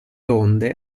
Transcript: onde